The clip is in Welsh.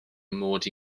mod